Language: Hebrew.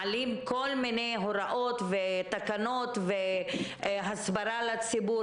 מעלים כל מיני הוראות ותקנות והסברה לציבור